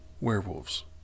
werewolves